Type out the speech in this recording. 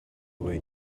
wait